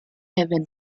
heaven